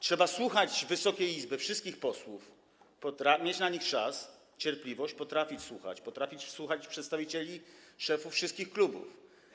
Trzeba słuchać Wysokiej Izby, wszystkich posłów, mieć dla nich czas, cierpliwość, potrafić słuchać przedstawicieli, szefów wszystkich klubów.